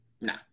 nah